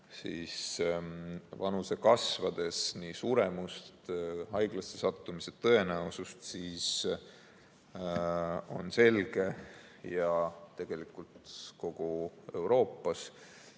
vanuse kasvades nii suremust kui ka haiglasse sattumise tõenäosust, siis on selge ja tegelikult kogu Euroopas